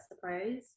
suppose